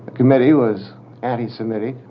committee was anti-semitic,